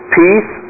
peace